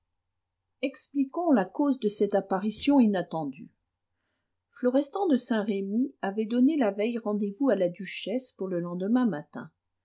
expliquons la cause de cette apparition inattendue florestan de saint-remy avait donné la veille rendez-vous à la duchesse pour le lendemain matin